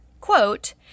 quote